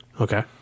okay